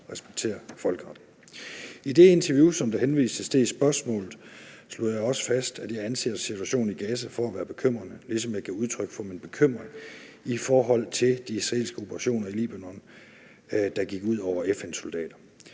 respektere folkeretten. I det interview, som der henvises til i spørgsmålet, slog jeg også fast, at jeg anser situationen i Gaza for at være bekymrende, ligesom jeg gav udtryk for min bekymring i forhold til de israelske operationer i Libanon, der gik ud over FN-soldater.